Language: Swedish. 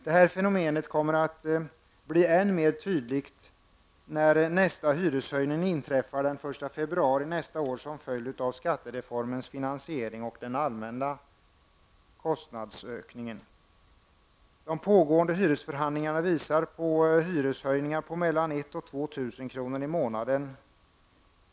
Det här fenomenet kommer att bli än mer tydligt när nästa hyreshöjning inträffar, den 1 februari nästa år, som följd av skattereformens finansiering och den allmänna kostnadsökningen. De pågående hyresförhandlingarna visar på hyreshöjningar om 1 000--2 000 kr. i månaden.